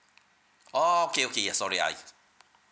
oh okay okay ya sorry I